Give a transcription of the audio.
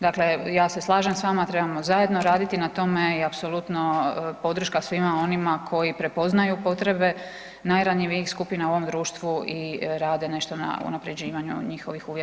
Dakle, ja se slažem s vama trebamo zajedno raditi na tome i apsolutno podrška svima onima koji prepoznaju potrebe najranjivijih skupina u ovom društvu i rade nešto na unapređivanju njihovih uvjeta života.